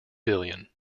billion